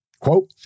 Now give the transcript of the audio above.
Quote